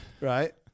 right